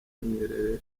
nyerere